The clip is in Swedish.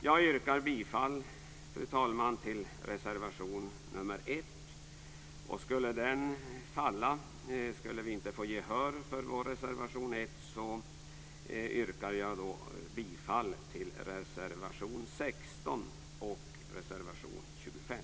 Jag yrkar bifall till reservation 1. Skulle den falla, skulle vi alltså inte få gehör för reservation 1, yrkar jag bifall till reservation 16 under samtliga moment och till reservation 25.